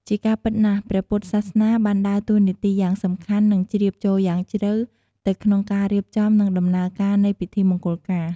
ជាការពិតណាស់ ព្រះពុទ្ធសាសនាបានដើរតួនាទីយ៉ាងសំខាន់ និងជ្រាបចូលយ៉ាងជ្រៅទៅក្នុងការរៀបចំ និងដំណើរការនៃពិធីមង្គលការ។